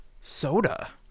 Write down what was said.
soda